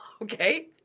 okay